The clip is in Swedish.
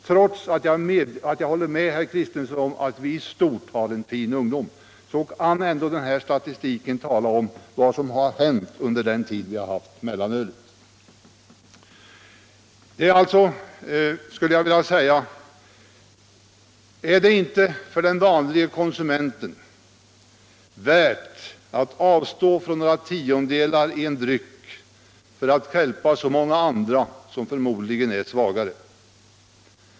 Trots att jag håller med herr Kristenson om att vi i stort har en fin ungdom, kan den här statistiken tala om vad som har hänt under den tid vi har haft mellanölet. Är det inte för den vanlige konsumenten värt att avstå från några tiondels procent alkohol i en dryck för att hjälpa så många andra som förmodligen är svagare?